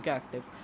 active